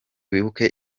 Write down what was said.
wibuke